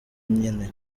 nyene